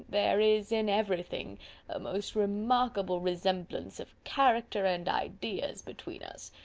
there is in everything a most remarkable resemblance of character and ideas between us.